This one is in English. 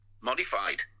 Modified